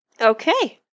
Okay